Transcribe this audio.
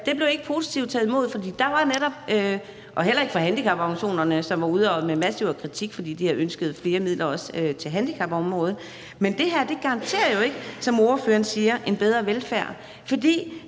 den blev ikke modtaget positivt – heller ikke af handicaporganisationerne, som var ude med massiv kritik, fordi de også havde ønsket flere midler til handicapområdet – for det her garanterer jo ikke, som ordføreren siger, en bedre velfærd, for